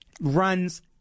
runs